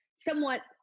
somewhat